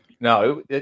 No